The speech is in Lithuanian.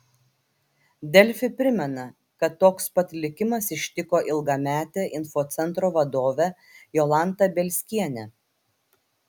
delfi primena kad toks pat likimas ištiko ilgametę infocentro vadovę jolantą bielskienę